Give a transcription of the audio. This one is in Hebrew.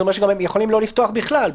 זה אומר שהם יכולים לא לפתוח בכלל.